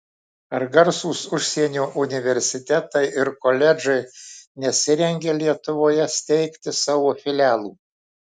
ar garsūs užsienio universitetai ir koledžai nesirengia lietuvoje steigti savo filialų